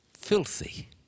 Filthy